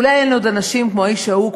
אולי אין עוד אנשים כמו האיש ההוא,